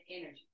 energy